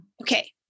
Okay